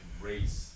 race